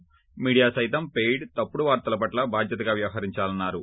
హీమడియా సైతం పెయిడ్ తప్పుడు వార్తలపట్ల బాధ్యతగా వ్యవహరించాలన్నారు